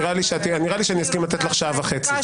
נראה לי שאסכים לתת לך שעה וחצי.